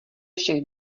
všech